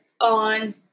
on